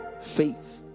Faith